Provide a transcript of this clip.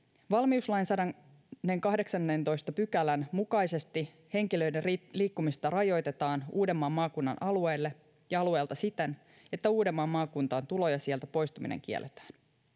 valmiuslain sadannenkahdeksannentoista pykälän mukaisesti henkilöiden liikkumista rajoitetaan uudenmaan maakunnan alueelle ja alueelta siten että uudenmaan maakuntaan tulo ja sieltä poistuminen kielletään